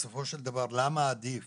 בסופו של דבר למה עדיף